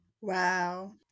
Wow